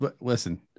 Listen